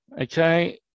Okay